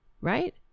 Right